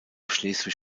schleswig